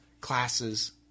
classes